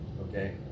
okay